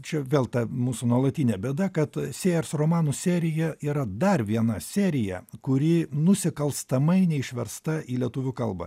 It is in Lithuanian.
čia vėl ta mūsų nuolatinė bėda kad sėjers romanų serija yra dar viena serija kuri nusikalstamai neišversta į lietuvių kalbą